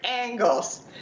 angles